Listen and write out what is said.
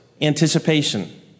anticipation